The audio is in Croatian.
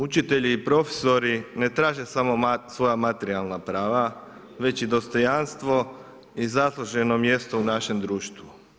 Učitelji i profesori ne traže samo svoja materijalna prava već i dostojanstvo i zasluženo mjesto u našem društvu.